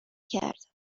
کرد